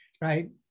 right